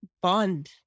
bond